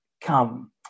come